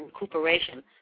recuperation